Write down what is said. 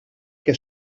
què